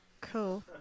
Cool